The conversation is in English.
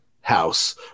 house